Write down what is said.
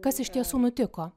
kas iš tiesų nutiko